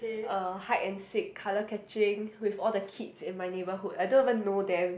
uh hide and seek colour catching with all the kids in my neighbourhood I don't even know them